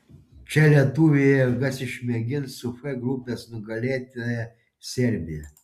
čia lietuviai jėgas išmėgins su f grupės nugalėtoja serbija